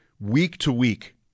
week-to-week